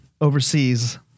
overseas